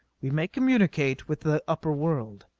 we may communicate with the upper world.